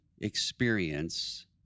experience